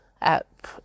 app